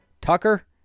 Tucker